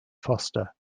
foster